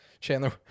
chandler